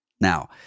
Now